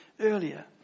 earlier